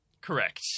Correct